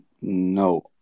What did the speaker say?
No